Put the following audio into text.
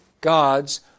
God's